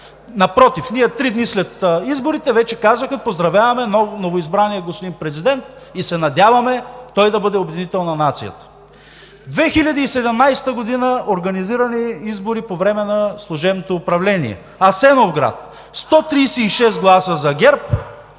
Напротив, ние три дни след изборите вече казахме: поздравяваме новоизбрания господин президент и се надяваме той да бъде обединител на нацията. През 2017 г. – организирани избори по време на служебното управление: Самоков – 136 гласа за ГЕРБ,